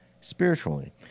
spiritually